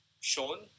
shown